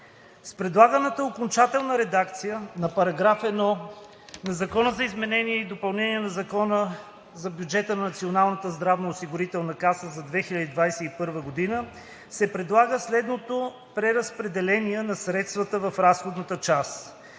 С предлаганата окончателна редакция на § 1 на ЗИД на Закона за бюджета на Националната здравноосигурителна каса за 2021 г. се предлага следното преразпределение на средствата в разходната част: